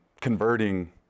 converting